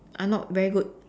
are not very good